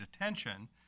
attention